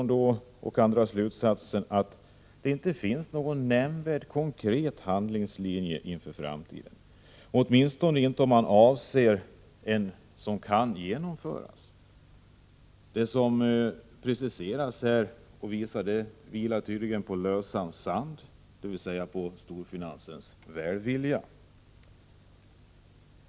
Jag kan därmed dra slutsatsen att det inte finns någon nämnvärd konkret handlingslinje inför framtiden — åtminstone inte om man avser handlingar som kan genomföras. Det som preciseras här vilar tydligen på lösan sand, dvs. på storfinansens välvilja.